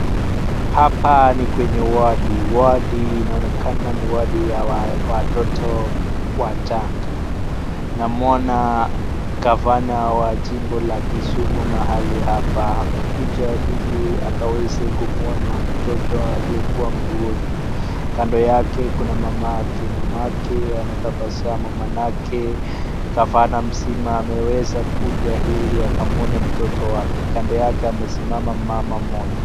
Hapa ni kwenye wadi, wadi inaonekana ni wadi ya watoto wachanga. Namwona gavana wa jimbo la Kisumu mahali hapa, amekuja ili akaweze kumwona mtoto aliyekuwa mgonjwa. Kando yake kuna mamake, mamake anatabasamu maanake gavana mzima ameweza kuja ili akamwone mtoto wake. Kando yake amesimama mama mmoja.